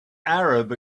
arab